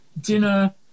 dinner